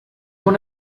one